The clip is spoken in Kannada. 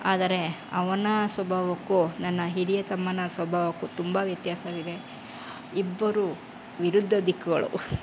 ಆದರೆ ಅವನ ಸ್ವಭಾವಕ್ಕೂ ನನ್ನ ಹಿರಿಯ ತಮ್ಮನ ಸ್ವಭಾವಕ್ಕೂ ತುಂಬ ವ್ಯತ್ಯಾಸವಿದೆ ಇಬ್ಬರು ವಿರುದ್ಧ ದಿಕ್ಕುಗಳು